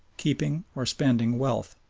keeping, or spending wealth,